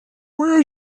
where